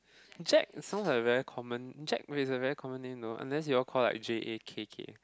Jack sounds like a very common Jack is a very common name no unless you all call like J A K K